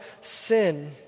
Sin